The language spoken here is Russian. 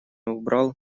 убрал